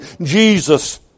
Jesus